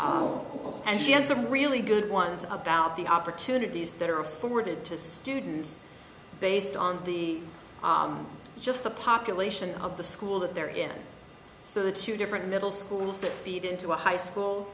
and she has a really good ones about the opportunities that are afforded to students based on the just the population of the school that they're in so the two different middle schools that feed into a high school